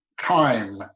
time